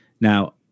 now